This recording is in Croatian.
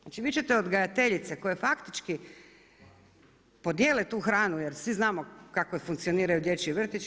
Znači vi ćete odgajateljice koje faktički podjele tu hranu, jer svi znamo kako funkcioniraju dječji vrtići.